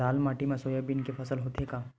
लाल माटी मा सोयाबीन के फसल होथे का?